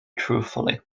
truthfully